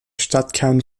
stadtkern